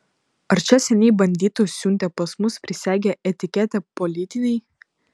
ar čia seniai banditus siuntė pas mus prisegę etiketę politiniai